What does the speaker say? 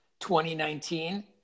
2019